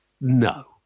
No